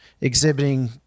exhibiting